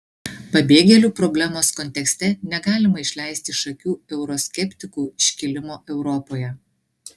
pabėgėlių problemos kontekste negalima išleisti iš akių euroskeptikų iškilimo europoje